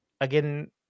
again